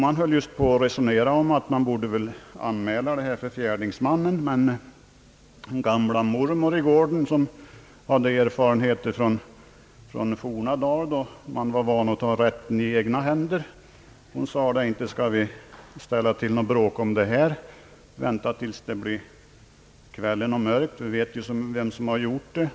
Man höll just på att resonera om att anmäla stölden för fjärdingsmannen, då gamla mormor i gården, som hade erfarenheter från forna dagar då man var van att ta rätten i egna händer, ingrep och sade: »Inte skall vi ställa till något bråk om det här. Vänta tills det blir kväll och mörkt. Vi vet ju vem som har gjort det.